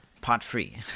pot-free